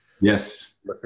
Yes